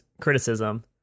criticism